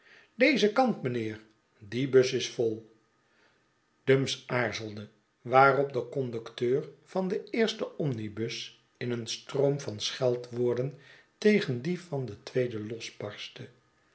dezen kant meneer die bus is vol dumps aarzelde waarop de conducteur van den eersten omnibus in een stroom van scheldwoordentegen dien van den tweeden losbarstte